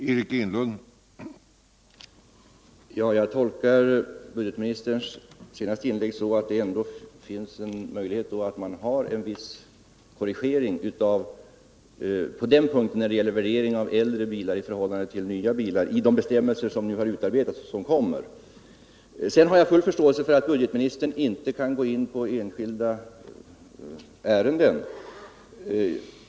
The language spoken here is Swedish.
Herr talman! Jag tolkar budgetministerns senaste inlägg så att det ändå finns en möjlighet till en viss korrigering i de bestämmelser som nu har utarbetats när det gäller värdering av äldre bilar i förhållande till nya bilar. Sedan har jag full förståelse för att budgetministern inte kan gå in på enskilda ärenden.